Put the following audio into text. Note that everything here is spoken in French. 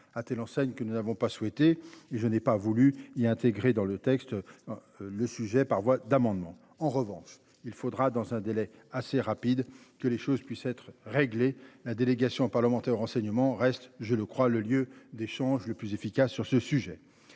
à telle enseigne que nous n'avons pas souhaité et je n'ai pas voulu, il a intégré dans le texte. Le sujet par voie d'amendement, en revanche il faudra dans un délai assez rapide, que les choses puissent être réglés. La délégation parlementaire au renseignement reste je le crois. Le lieu d'échange, le plus efficace sur ce sujet.